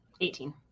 Eighteen